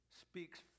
speaks